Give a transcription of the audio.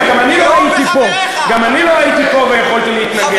גם אני לא הייתי פה ויכולתי להתנגד.